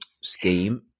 scheme